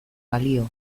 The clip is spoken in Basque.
balio